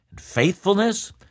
faithfulness